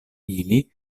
ili